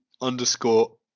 underscore